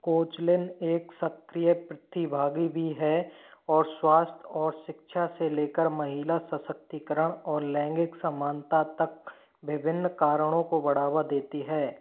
Koechlin एक सक्रिय प्रतिभागी भी हैं और स्वास्थ्य और शिक्षा से लेकर महिला सशक्तीकरण और लैंगिक समानता तक विभिन्न कारणों को बढ़ावा देती हैं